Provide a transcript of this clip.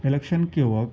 election کے وقت